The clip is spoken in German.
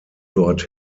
dort